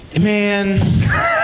Man